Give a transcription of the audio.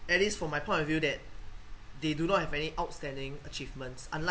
at least from my point of view that they do not have any outstanding achievements unlike